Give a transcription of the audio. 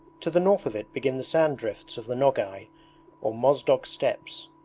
to the north of it begin the sand-drifts of the nogay or mozdok steppes,